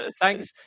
Thanks